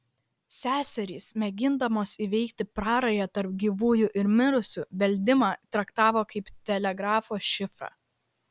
seserys mėgindamos įveikti prarają tarp gyvųjų ir mirusiųjų beldimą traktavo kaip telegrafo šifrą